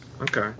okay